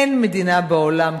אין מדינה בעולם,